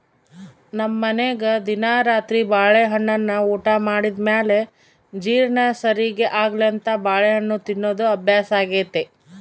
ನಮ್ಮನೆಗ ದಿನಾ ರಾತ್ರಿ ಬಾಳೆಹಣ್ಣನ್ನ ಊಟ ಮಾಡಿದ ಮೇಲೆ ಜೀರ್ಣ ಸರಿಗೆ ಆಗ್ಲೆಂತ ಬಾಳೆಹಣ್ಣು ತಿನ್ನೋದು ಅಭ್ಯಾಸಾಗೆತೆ